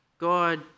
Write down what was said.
God